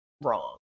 wrong